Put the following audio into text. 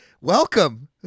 Welcome